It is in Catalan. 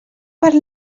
per